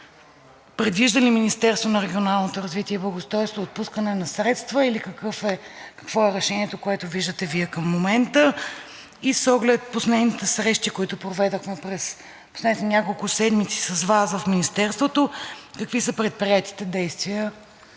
предвижда ли Министерството на регионалното развитие и благоустройството отпускане на средства; какво е решението, което виждате Вие към момента; с оглед последните срещи, които проведохме през последните няколко седмици с Вас в Министерството, какви са предприетите действия